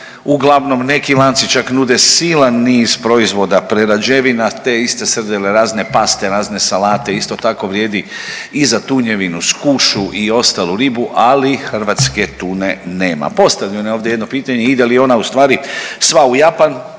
uglavnom neki lanci čak nude silan niz proizvoda prerađevina te iste srdele razne paste, razne salate isto tako vrijedi i za tunjevinu, skušu ili ostalu ribu, ali hrvatske tune nema. Postavljeno je ovdje jedno pitanje ide li ona ustvari sva u Japan,